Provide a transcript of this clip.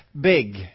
big